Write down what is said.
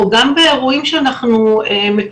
אני אומר שבימים אלה כנראה באופן מקרי